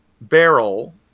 barrel